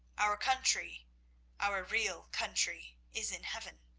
our country our real country is in heaven.